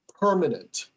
permanent